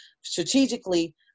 strategically